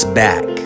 back